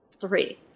three